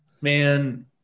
man